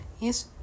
Yes